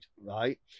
Right